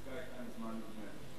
העסקה היתה מזמן נגמרת.